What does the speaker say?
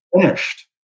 finished